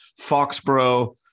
Foxborough